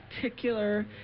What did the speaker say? particular